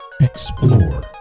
Explore